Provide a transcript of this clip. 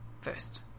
first